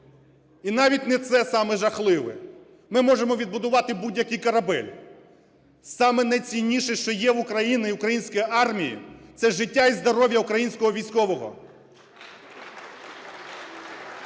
І навіть не це саме жахливе. Ми можемо відбудувати будь-який корабель, саме найцінніше, що є в України і української армії, – це життя і здоров'я українського військового. Ми